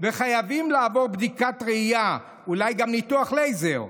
וחייבים לעבור בדיקת ראייה ואולי גם ניתוח לייזר?